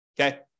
okay